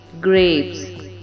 grapes